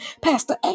Pastor